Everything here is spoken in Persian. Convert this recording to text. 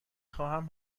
خواهم